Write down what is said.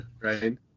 right